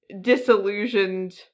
disillusioned